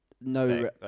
no